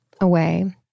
away